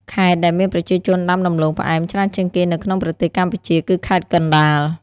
ខេត្តដែលមានប្រជាជនដាំដំឡូងផ្អែមច្រើនជាងគេនៅក្នុងប្រទេសកម្ពុជាគឺខេត្តកណ្ដាល។